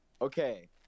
Okay